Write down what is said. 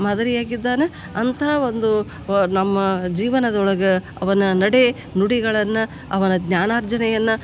ಮಾದರಿಯಾಗಿದ್ದಾನೆ ಅಂಥ ಒಂದು ವ ನಮ್ಮ ಜೀವನದೊಳಗೆ ಅವನ ನಡೆನುಡಿಗಳನ್ನು ಅವನ ಜ್ಞಾನಾರ್ಜನೆಯನ್ನು